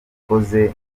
ikoze